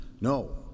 no